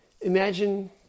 imagine